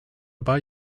buy